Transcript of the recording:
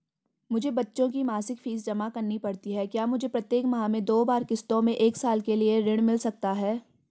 मुझे बच्चों की मासिक फीस जमा करनी पड़ती है क्या मुझे प्रत्येक माह में दो बार किश्तों में एक साल के लिए ऋण मिल सकता है?